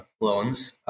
loans